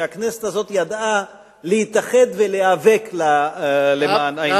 שהיא ידעה להתאחד ולהיאבק למען העניין.